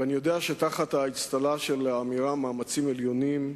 אני יודע שתחת האצטלה של האמירה "מאמצים עליונים",